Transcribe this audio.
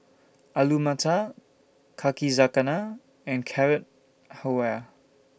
Alu Matar Kakizakana and Carrot Halwa